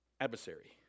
adversary